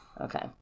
Okay